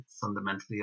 fundamentally